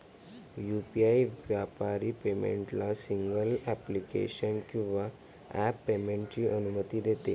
UPI व्यापारी पेमेंटला single application किंवा ॲप पेमेंटची अनुमती देते